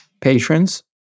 patrons